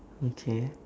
okay